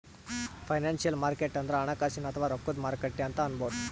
financial market ಅಂದ್ರ ಹಣಕಾಸಿನ್ ಅಥವಾ ರೊಕ್ಕದ್ ಮಾರುಕಟ್ಟೆ ಅಂತ್ ಅನ್ಬಹುದ್